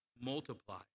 multiply